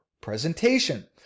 presentation